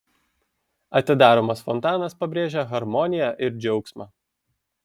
atidaromas fontanas pabrėžia harmoniją ir džiaugsmą